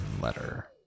letter